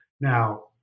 Now